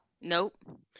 Nope